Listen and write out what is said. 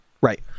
Right